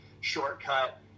shortcut